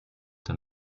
der